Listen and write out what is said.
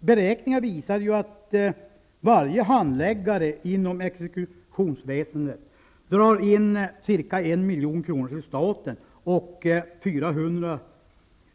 Beräkningar visar ju att varje handläggare inom exekutionsväsendet drar in ca 1 milj.kr. till staten och 400